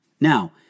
Now